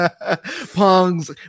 Pong's